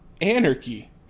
Anarchy